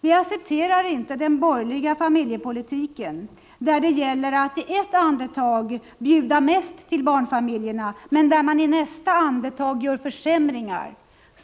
Vi accepterar inte den borgerliga familjepolitiken, där det gäller att i ett andetag bjuda mest till barnfamiljerna, men i nästa andetag göra försämringar